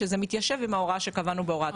שזה מתיישב עם ההוראה שקבענו בהוראת השעה.